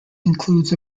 includes